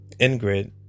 Ingrid